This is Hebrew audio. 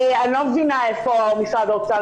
אני לא מבינה איפה משרד האוצר,